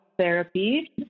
therapy